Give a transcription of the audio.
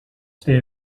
stay